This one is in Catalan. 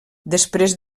després